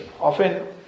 often